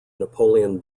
napoleon